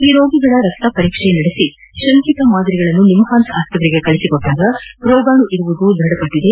ಈ ರೋಗಿಗಳ ರಕ್ತ ಪರೀಕ್ಷೆ ನಡೆಸಿ ಶಂಕಿತ ಮಾದರಿಗಳನ್ನು ನಿಮ್ದಾನ್ಲೆ ಆಸ್ಪತ್ರೆಗೆ ಕಳುಹಿಸಿದಾಗ ರೋಗಾಣು ಇರುವುದು ಖಚಿತವಾಗಿದೆ